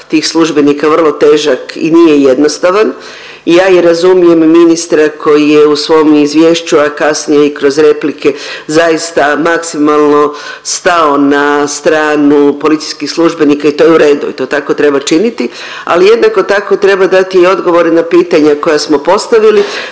tih službenika vrlo težak i nije jednostavan i ja razumijem ministra koji je u svom izvješću, a kasnije kroz replike zaista maksimalno stao na stranu policijskih službenika i to je u redu i to tako treba činiti, ali jednako tako treba dati odgovore na pitanja koja smo postavili,